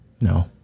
No